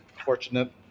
fortunate